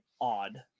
odd